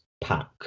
pack